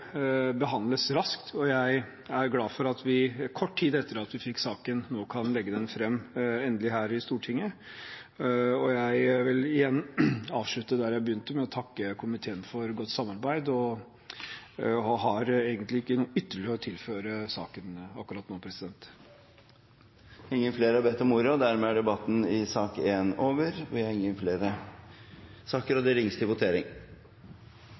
behandles raskt, og jeg er glad for at vi kort tid etter at vi fikk saken, nå kan legge den fram her i Stortinget. Jeg vil avslutte der jeg begynte, med å takke komiteen for godt samarbeid, og har egentlig ikke noe ytterligere å tilføre saken akkurat nå. Flere har ikke bedt om ordet til sak nr. 1. Etter at det var ringt til votering, uttalte Stortinget er klar til å gå til votering.